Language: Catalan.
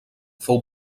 fou